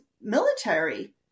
military